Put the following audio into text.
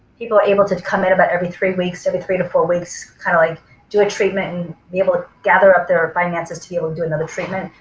people are able to come in about every three weeks, every three to four weeks kind of like do a treatment and be able to gather up their finances to be able to do another treatment.